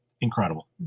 incredible